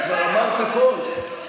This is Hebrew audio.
כבר אמרת הכול.